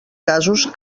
casos